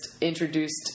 introduced